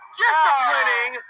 disciplining